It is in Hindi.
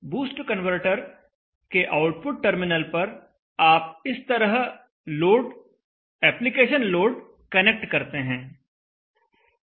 बूस्ट कन्वर्टर के आउटपुट टर्मिनल पर आप इस तरह लोड एप्लीकेशन लोड कनेक्ट करते हैं